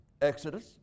Exodus